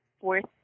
fourth